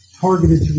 targeted